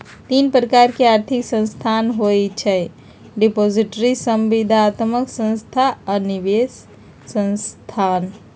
तीन प्रकार के आर्थिक संस्थान होइ छइ डिपॉजिटरी, संविदात्मक संस्था आऽ निवेश संस्थान